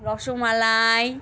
rasmalai